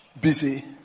busy